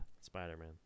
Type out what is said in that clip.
Spider-Man